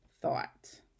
thought